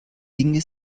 inge